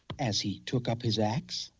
as he took up his ax.